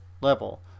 level